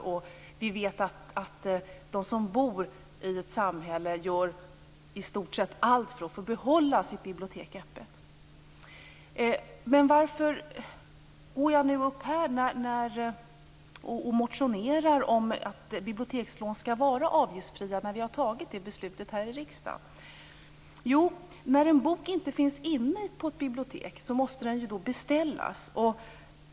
Och vi vet att de som bor i ett samhälle gör i stort sett allt för att få behålla sitt bibliotek öppet. Men varför motionerar jag om att bibliotekslån skall vara avgiftsfria när vi har fattat detta beslut här i riksdagen? Jo, därför att när en bok inte finns inne på ett bibliotek måste den beställas.